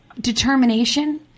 determination